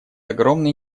огромный